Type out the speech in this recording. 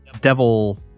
Devil